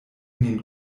nin